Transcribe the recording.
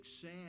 sad